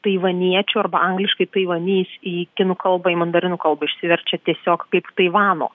taivaniečių arba angliškai taivanys į kinų kalbą į mandarinų kalbą išsiverčia tiesiog kaip taivano